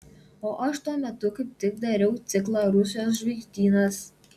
o aš tuo metu kaip tik dariau ciklą rusijos žvaigždynas